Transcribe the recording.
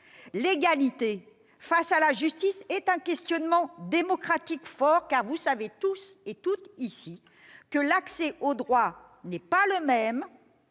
L'égalité face à la justice est un questionnement démocratique fort. Vous le savez tous et toutes ici, l'accès au droit n'est pas le même